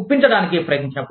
ఒప్పించడానికి ప్రయత్నించినపుడు